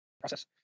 process